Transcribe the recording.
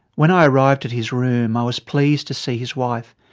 when i arrived at his room i was pleased to see his wife,